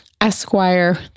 Esquire